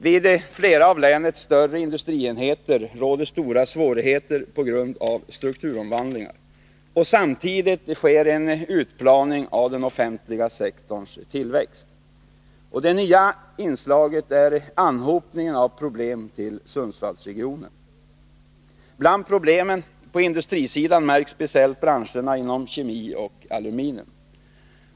Vid flera av länets större industrienheter råder stora svårigheter på grund av strukturomvandlingar, och samtidigt sker en utplaning av den offentliga sektorns tillväxt. Det nya inslaget är anhopningen av problem till Sundsvallsregionen. Bland problemen på industrisidan märks speciellt branscherna inom kemi och aluminium.